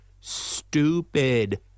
stupid